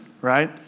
right